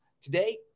Today